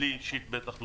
לי אישית בטח לא,